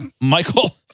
Michael